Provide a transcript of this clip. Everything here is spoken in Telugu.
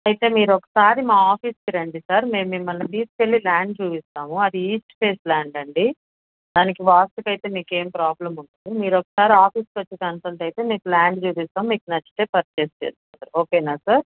అయితే మీరు ఒకసారి మా ఆఫీస్కి రండి సార్ మేము మిమ్మల్ని తీసుకు వెళ్ళి లాండ్ చూపిస్తాము అది ఈస్ట్ ఫేస్ లాండ్ అండి దానికి వాస్తుకు అయితే మీకు ఏమి ప్రాబ్లం ఉండదు మీరొకసారి ఆఫీస్కు వచ్చి కన్సల్ట్ అయితే మీకు ల్యాండ్ చూపిస్తాం మీకు నచ్చితే పర్చేస్ చేసుకోవచ్చు ఓకే సార్